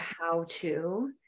how-to